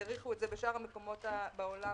האריכו את זה בשאר המקומות בעולם,